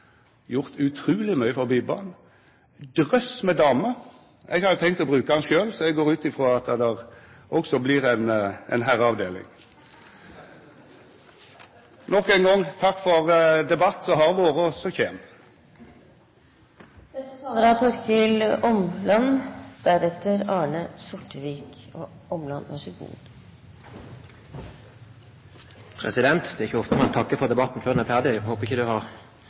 med damer! Eg har tenkt å bruka han sjølv, så eg går ut frå at det også vert ei herreavdeling. Nok ein gong, takk for debatten som har vore – og den som kjem. Det er ikke ofte man takker for debatten før den er ferdig. Jeg håper ikke det ble takket for tidlig for en god debatt. Men jeg har